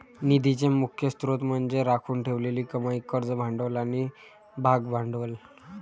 निधीचे मुख्य स्त्रोत म्हणजे राखून ठेवलेली कमाई, कर्ज भांडवल आणि भागभांडवल